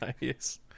yes